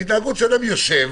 אדם יושב,